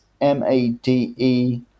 M-A-D-E